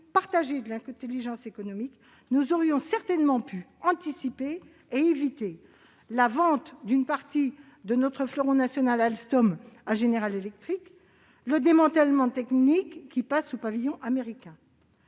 partagée de l'intelligence économique, nous aurions certainement pu anticiper et éviter la vente d'une partie de notre fleuron national Alstom à General Electric et le démantèlement de Technip, qui passe sous pavillon américain.